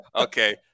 Okay